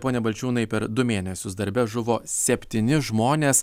pone balčiūnai per du mėnesius darbe žuvo septyni žmonės